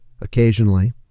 Occasionally